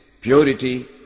purity